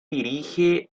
dirige